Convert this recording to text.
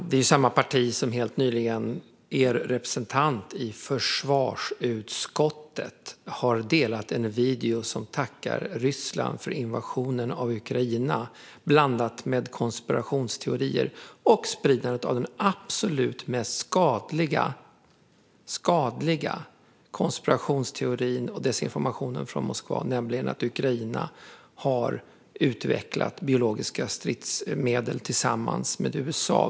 Det är samma parti vars representant i försvarsutskottet helt nyligen delade en video där man tackar Ryssland för invasionen av Ukraina, blandat med konspirationsteorier och spridandet av den absolut mest skadliga konspirationsteorin och desinformationen från Moskva, nämligen att Ukraina har utvecklat biologiska stridsmedel tillsammans med USA.